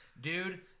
Dude